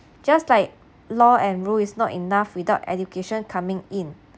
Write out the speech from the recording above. just like law and rule is not enough without education coming in